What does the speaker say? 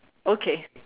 okay